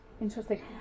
interesting